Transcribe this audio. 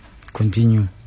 continue